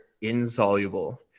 insoluble